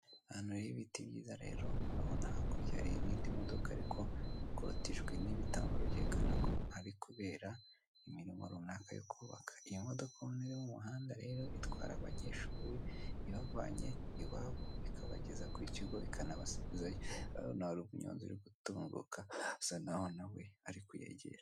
ahantu hari ibiti byiza rero abona hakurya hari iyindi modoka ariko hakorotijijwe n'ibitambaro byerekana ko ari kubera imirimo runaka yo kubaka iyi modoka rero ubona mu muhanda rero itwara abanyeshuri ibavanye iwabo ikabageza ku kigo ikanabasubizayo hono hari umunyonzi uri gutunguka asa naho nawe ariko yegera